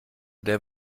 der